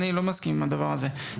אני לא מסכים עם הדבר הזה.